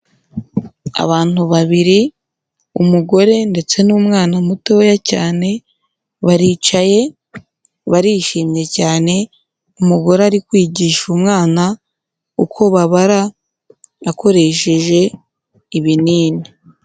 Abantu babiri umugore ndetse n'umwana mutoya cyane baricaye barishimye cyane umugore ari kwigisha umwana uko babara akoresheje ibinini.